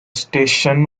station